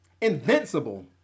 Invincible